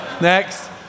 Next